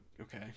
Okay